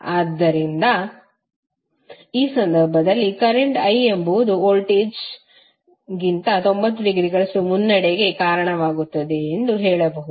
ಆದ್ದರಿಂದ ಈ ಸಂದರ್ಭದಲ್ಲಿ ಕರೆಂಟ್ I ಎಂಬುದು ವೋಲ್ಟೇಜ್ಗೆ ಗಿಂತ 90 ಡಿಗ್ರಿಗಳಷ್ಟು ಮುನ್ನಡೆ ಗೆ ಕಾರಣವಾಗುತ್ತದೆ ಎಂದು ಹೇಳಬಹುದು